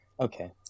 Okay